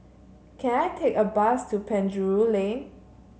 can I take a bus to Penjuru Lane